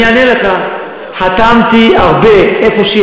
אתה אפילו לא מתכוון.